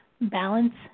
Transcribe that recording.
balance